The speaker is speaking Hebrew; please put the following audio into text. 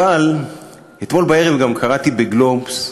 אבל אתמול בערב גם קראתי ב"גלובס"